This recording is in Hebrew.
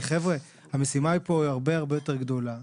חבר'ה, המשימה פה היא הרבה הרבה יותר גדולה.